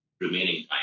remaining